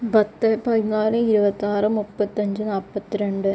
പത്ത് പതിനാല് ഇരുപത്താറ് മുപ്പത്തഞ്ച് നാപ്പത്തിരണ്ട്